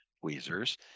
tweezers